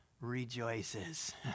rejoices